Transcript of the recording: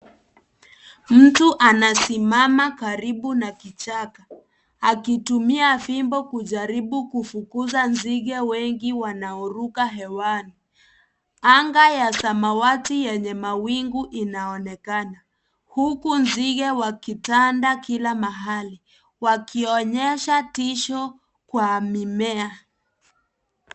Mtu anasimama karibu na kichaka akitumia fimbo kujaribu kufukuza nzige wengi wanaoruka hewani , Anga ya samawati ya mawingu inaonekana huku nzige wakitanda kila mahali wakionyesha tisho kwa mimea.